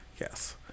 yes